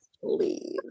please